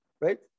right